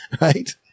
Right